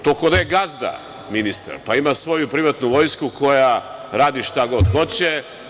To kao da je gazda ministar, pa ima svoju privatnu vojsku koja radi šta god hoće.